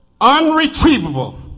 Unretrievable